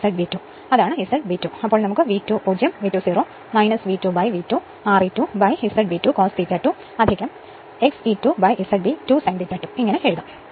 അതാണ് Z B 2 അതിനാൽ നമുക്ക് V2 0 V2V2 Re2Z B 2 cos ∅2 XE2Z B 2 sin ∅2 എന്ന് എഴുതാം